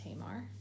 Tamar